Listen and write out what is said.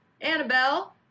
Annabelle